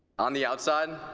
on the outside,